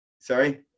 Sorry